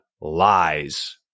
lies